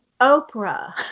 oprah